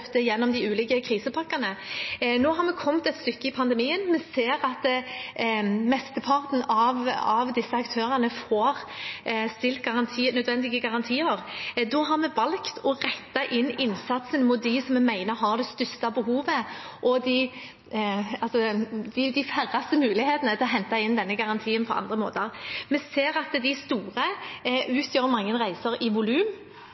gjennom de ulike krisepakkene. Nå har vi kommet et stykke ut i pandemien, og vi ser at mesteparten av disse aktørene får stilt nødvendige garantier. Da har vi valgt å rette inn innsatsen mot dem som vi mener har det største behovet og de færreste mulighetene til å hente inn denne garantien på andre måter. Vi ser at de store utgjør mange reiser i volum.